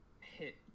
hit